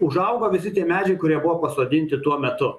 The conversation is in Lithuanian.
užaugo visi tie medžiai kurie buvo pasodinti tuo metu